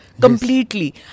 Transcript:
completely